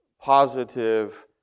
positive